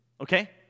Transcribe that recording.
okay